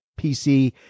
PC